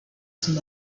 son